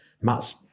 Matt's